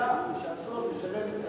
הנחיה שאסור לשלם בכרטיס אשראי.